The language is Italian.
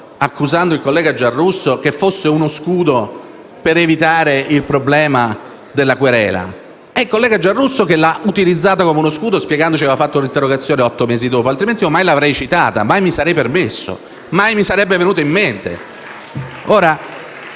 accusando il collega Giarrusso, che fosse un scudo per evitare il problema della querela. È il senatore Giarrusso che l'ha utilizzata come uno scudo spiegandoci che l'aveva presentata otto mesi dopo, altrimenti non l'avrei mai citata; mai mi sarei permesso e mai mi sarebbe venuto in mente.